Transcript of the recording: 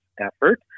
effort